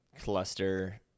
cluster